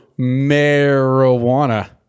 marijuana